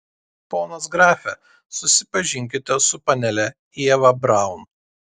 ponas grafe susipažinkite su panele ieva braun